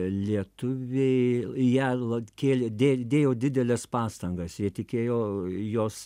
lietuviai ją la kėlė dė dėjo dideles pastangas jie tikėjo jos